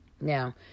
Now